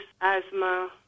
asthma